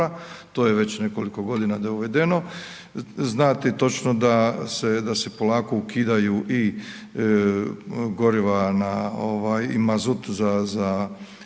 to je već nekoliko godina dovedeno, znati točno da se polako ukidaju i goriva na mazut za